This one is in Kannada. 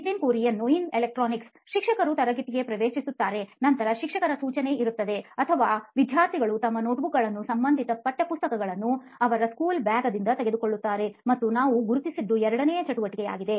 ನಿತಿನ್ ಕುರಿಯನ್ ಸಿಒಒ ನೋಯಿನ್ ಎಲೆಕ್ಟ್ರಾನಿಕ್ಸ್ ಶಿಕ್ಷಕರು ತರಗತಿಗೆ ಪ್ರವೇಶಿಸುತ್ತಾರೆ ನಂತರ ಶಿಕ್ಷಕರ ಸೂಚನೆ ಇರುತ್ತದೆ ಅಥವಾ ವಿದ್ಯಾರ್ಥಿಗಳು ತಮ್ಮ ನೋಟ್ಬುಕ್ಗಳನ್ನು ಸಂಬಂಧಿತ ಪಠ್ಯಪುಸ್ತಕಗಳನ್ನು ಅವರ ಸ್ಕೂಲ್ ಬ್ಯಾಗ್ ದಿಂದ ತೆಗೆದುಕೊಳ್ಳುತ್ತಾರೆ ಮತ್ತು ನಾವು ಗುರುತಿಸಿದ್ದು ಎರಡನೇ ಚಟುವಟಿಕೆಯಾಗಿದೆ